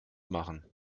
machen